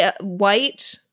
white